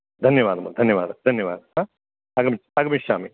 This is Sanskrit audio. धन्यवादः धन्यवादः धन्यवादः हा आगमिष्यामि